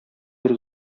бер